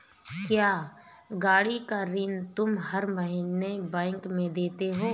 क्या, गाड़ी का ऋण तुम हर महीने बैंक में देते हो?